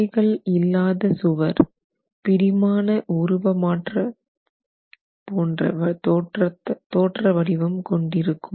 துளைகள் இல்லாத சுவர் பிடிமான உருவ மாற்ற போன்ற தோற்றவடிவம் கொண்டிருக்கும்